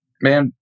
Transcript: man